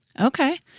Okay